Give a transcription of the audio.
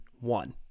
One